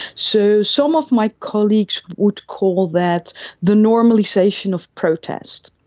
so some of my colleagues would call that the normalisation of protest.